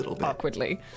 awkwardly